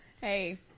Hey